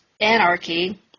anarchy